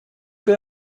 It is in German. will